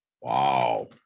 wow